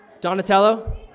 Donatello